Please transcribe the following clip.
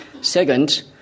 Second